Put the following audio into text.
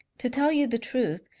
to tell you the truth,